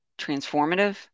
transformative